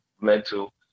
mental